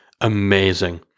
amazing